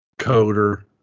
coder